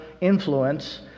influence